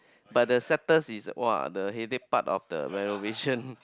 but the is !wah! the headache part of the renovation